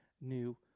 new